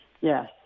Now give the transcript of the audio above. yes